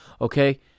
okay